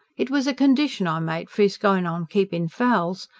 it was a condition i made for is going on keeping fowls.